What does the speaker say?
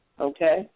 okay